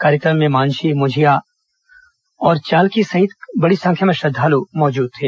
कार्यक्रम में मांझी मुखिया और चालकी सहित बड़ी संख्या में श्रद्धालू मौजूद थे